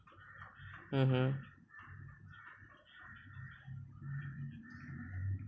mmhmm